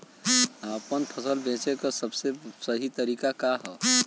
आपन फसल बेचे क सबसे सही तरीका का ह?